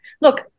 look